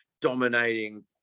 dominating